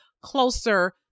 closer